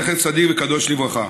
זכר צדיק וקדוש לברכה,